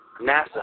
NASA